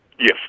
Yes